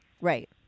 Right